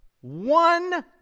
One